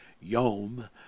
yom